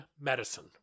medicine